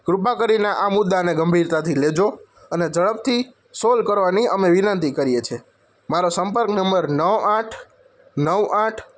કૃપા કરીને આ મુદ્દાને ગંભીરતાથી લેજો અને ઝડપથી સોલ કરવાની અમે વિનંતી કરીએ છીએ મારો સંપર્ક નંબર નવ આઠ નવ આઠ